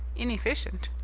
inefficient?